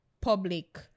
public